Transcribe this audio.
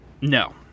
No